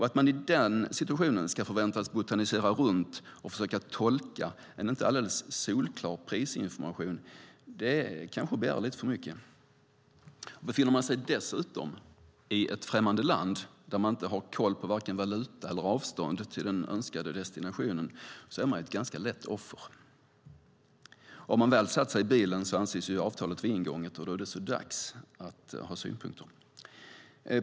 Att man i denna situation förväntas botanisera runt och försöka tolka en inte alldeles solklar prisinformation är kanske att begära lite för mycket. Om man dessutom befinner sig i ett främmande land där man inte har koll på vare sig valuta eller avstånd till den önskade destinationen är man ett ganska lätt offer. Och har man väl satt sig i bilen så anses avtalet vara ingånget, och då är det så dags att ha synpunkter.